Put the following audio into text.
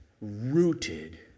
rooted